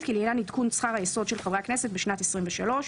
כי לעניין עדכון שכר היסוד של חברי הכנסת בשנת 23,